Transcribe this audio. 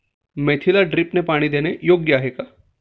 मेथीला ड्रिपने पाणी देणे योग्य आहे का?